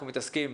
אנחנו מתעסקים